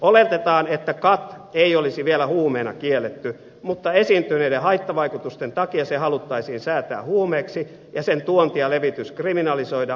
oletetaan että khat ei olisi vielä huumeena kielletty mutta esiintyneiden haittavaikutusten takia se haluttaisiin säätää huumeeksi ja sen tuonti ja levitys kriminalisoida